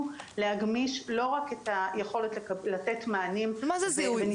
להגמיש לא רק את היכולת לתת מענים --- מה זה זיהוי,